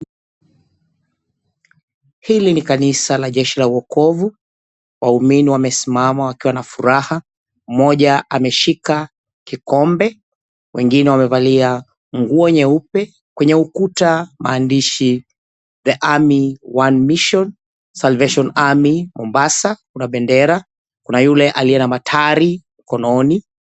Hili ni kanisa la Jeshi la Wokovu, waumini wamesimama wakiwa na furaha, mmoja ameshika kikombe, wengine wamevalia nguo nyeupe. Kwenye ukuta maandishi, "The Army, One Mission, Salvation Army, Mombasa", kuna bendera. Kuna yule aliye na matari mkononi.